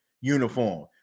uniform